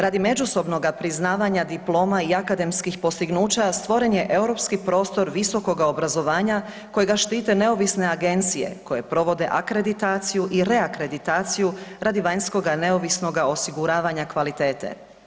Radi međusobnog priznavanja diploma i akademskih postignuća stvoren je europski prostor visokoga obrazovanja kojega štite neovisne agencije koje provode akreditaciju i reakreditaciju radi vanjskoga neovisnoga osiguravanja kvalitete.